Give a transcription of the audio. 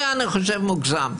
זה אני חושב מוגזם.